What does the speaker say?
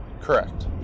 Correct